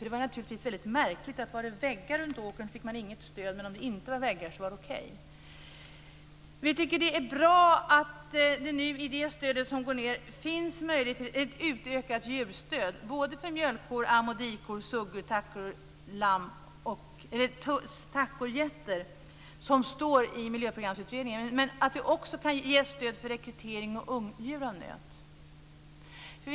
Det var naturligtvis väldigt märkligt att man inte fick något stöd om det var väggar runt åkern, men om det inte var väggar var det okej. Vi tycker att det är bra att det i Miljöprogramutredningens förslag finns möjligheter till ett utökat djurstöd för mjölkkor, am och dikor, suggor, tackor och getter. Vi kan också ge stöd för rekrytering och ungdjur av nötboskap.